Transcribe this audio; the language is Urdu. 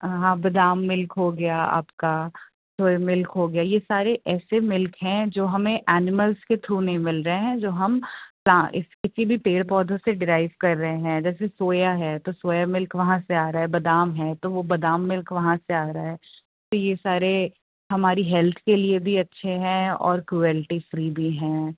ہاں بادام ملک ہو گیا آپ کا سوئے ملک ہو گیا یہ سارے ایسے ملک ہیں جو ہمیں اینملس کے تھرو نہیں مل رہے ہیں جو ہم اس کسی بھی پیڑ پودوں سے ڈیرائیو کر رہے ہیں جیسے سویا ہے تو سویا ملک وہاں سے آ رہا ہے بادام ہے تو وہ بادام ملک وہاں سے آ رہا ہے تو یہ سارے ہماری ہیلتھ کے لیے بھی اچھے ہیں اور کروئلٹی فری بھی ہیں